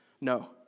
No